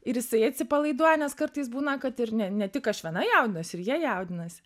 ir jisai atsipalaiduoja nes kartais būna kad ir ne ne tik aš viena jaudinuosi ir jie jaudinasi